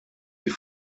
die